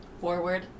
Forward